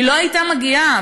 היא לא הייתה מגיעה.